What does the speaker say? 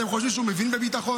אתם חושבים שהוא מבין בביטחון?